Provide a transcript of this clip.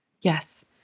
Yes